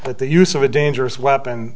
that the use of a dangerous weapon